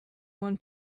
one